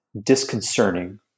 disconcerting